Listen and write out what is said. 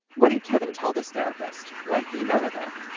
what did kevin tell this therapist when he met with her?